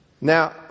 Now